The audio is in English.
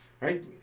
right